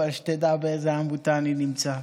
אבל שתדע באיזו עמותה אני נמצא,